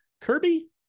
Kirby